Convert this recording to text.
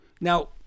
Now